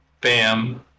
bam